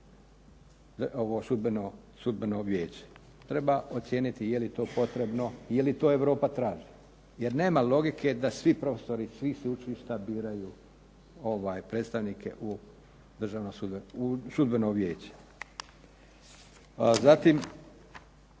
u sudbeno vijeće. Treba ocijeniti je lit o potrebno i je li to Europa traži. Jer nema logike da svi profesori iz svih sveučilišta biraju predstavnike u sudbeno vijeće. Zatim